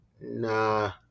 nah